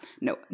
no